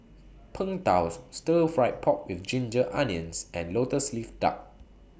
Png Tao Stir Fry Pork with Ginger Onions and Lotus Leaf Duck